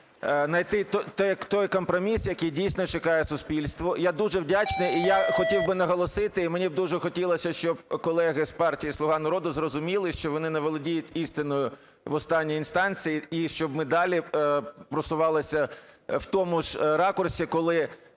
найти той компроміс, який дійсно чекає суспільство. Я дуже вдячний і я хотів би наголосити, мені б дуже хотілося б, щоб колеги з партії "Слуга народу" зрозуміли, що вони не володіють істиною в останній інстанції, і щоб ми далі просувались в тому ж ракурсі, коли